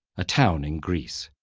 a town in greece.